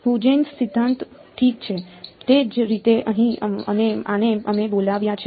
Huygens સિદ્ધાંત ઠીક છે તે જ રીતે અહીં અને આને અમે બોલાવ્યા છે